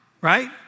right